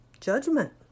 judgment